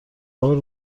بار